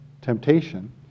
temptation